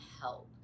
help